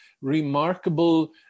remarkable